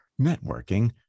Networking